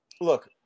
Look